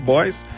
Boys